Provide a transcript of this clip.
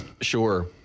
Sure